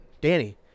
Danny